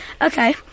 Okay